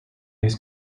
his